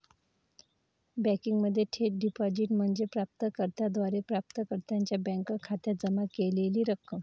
बँकिंगमध्ये थेट डिपॉझिट म्हणजे प्राप्त कर्त्याद्वारे प्राप्तकर्त्याच्या बँक खात्यात जमा केलेली रक्कम